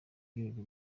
n’ibigwi